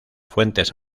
fuentes